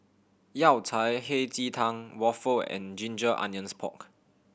Yao Cai Hei Ji Tang waffle and ginger onions pork